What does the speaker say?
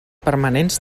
permanents